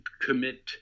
commit